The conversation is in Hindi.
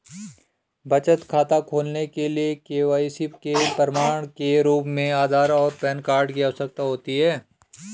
बचत खाता खोलने के लिए के.वाई.सी के प्रमाण के रूप में आधार और पैन कार्ड की आवश्यकता होती है